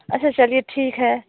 अच्छा चलिए ठीक है